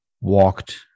walked